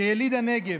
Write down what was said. כיליד הנגב,